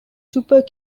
super